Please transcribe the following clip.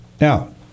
Now